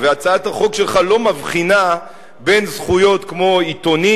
והצעת החוק שלך לא מבחינה בין זכויות כמו עיתונים